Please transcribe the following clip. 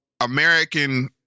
American